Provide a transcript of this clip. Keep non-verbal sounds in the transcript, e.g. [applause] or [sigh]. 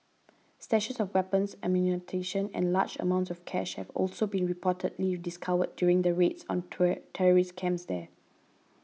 stashes of weapons ammunition and large amounts of cash have also been reportedly discovered during raids on [unintelligible] terrorist camps there